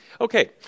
Okay